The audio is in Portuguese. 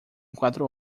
quatro